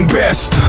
best